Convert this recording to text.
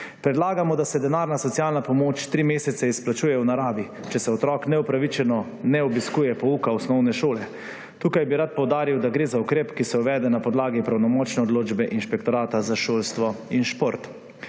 Predlagamo, da se denarna socialna pomoč tri mesece izplačuje v naravi, če otrok neupravičeno ne obiskuje pouka osnovne šole. Tukaj bi rad poudaril, da gre za ukrep, ki se uvede na podlagi pravnomočne odločbe Inšpektorata za šolstvo in šport.